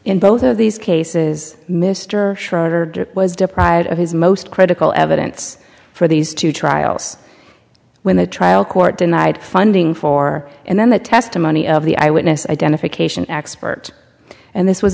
in both of these cases mr schroeder was deprived of his most critical evidence for these two trials when the trial court denied funding for and then the testimony of the eye witness identification expert and this was